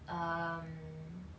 um